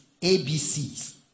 ABCs